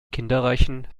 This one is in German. kinderreichen